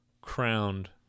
crowned